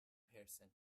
person